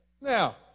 Now